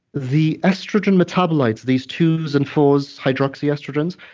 the estrogen metabolites these twos and fours, hydroxy estrogens,